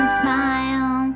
smile